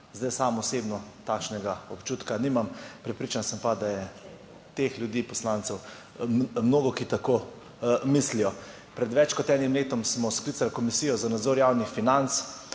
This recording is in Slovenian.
Zdaj sam osebno takšnega občutka nimam. Prepričan sem pa, da je teh ljudi poslancev mnogo, ki tako mislijo. Pred več kot enim letom smo sklicali Komisijo za nadzor javnih financ